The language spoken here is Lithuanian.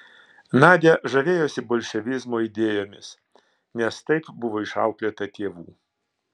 nadia žavėjosi bolševizmo idėjomis nes taip buvo išauklėta tėvų